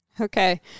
Okay